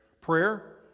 Prayer